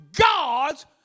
gods